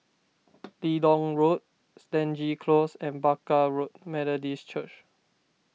Leedon Road Stangee Close and Barker Road Methodist Church